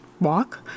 walk